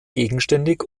gegenständig